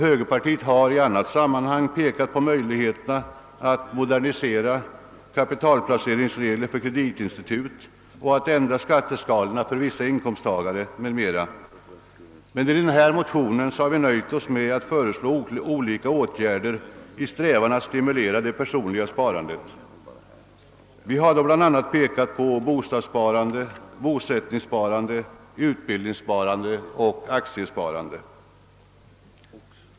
Högerpartiet har i annat sammanhang pekat på möjligheterna att modernisera kapitalplaceringsreglerna för kreditinstitut och att ändra skatteskalorna för vissa inkomsttagare m.m. I denna motion har vi dock nöjt oss med att föreslå olika åtgärder i strävan att stimulera det personliga sparandet. Vi har bl.a. pekat på bostadssparande, bosättningssparande, utbildningssparande och aktiesparande.